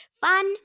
Fun